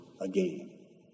again